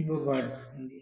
ఇవ్వబడుతుంది